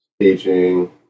Teaching